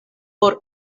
por